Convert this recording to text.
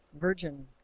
Virgin